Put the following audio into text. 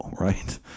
right